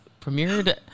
premiered